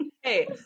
Hey